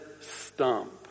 stump